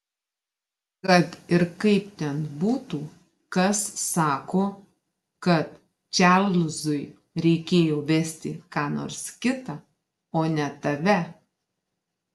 kad ir kaip ten būtų kas sako kad čarlzui reikėjo vesti ką nors kitą o ne tave